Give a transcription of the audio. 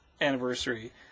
Anniversary